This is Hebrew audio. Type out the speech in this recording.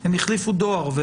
הם החליפו דואר ו